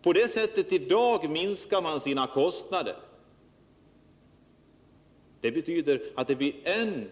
Det betyder att än